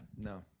no